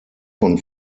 von